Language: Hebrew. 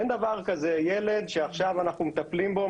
אין דבר כזה ילד שעכשיו אנחנו מטפלים בו,